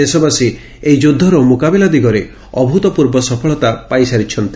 ଦେଶବାସୀ ଏଇ ଯୁଦ୍ଧର ମୁକାବିଲା ଦିଗରେ ଅଭ୍ରତପୂର୍ବ ସଫଳତା ପାଇସାରିଛନ୍ତି